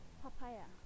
papaya